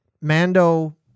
Mando